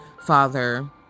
father